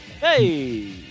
hey